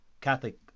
Catholic